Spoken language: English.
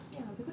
really